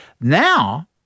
now